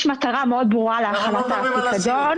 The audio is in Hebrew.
יש מטרה ברורה להחלת הפיקדון